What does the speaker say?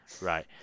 right